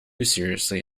seriously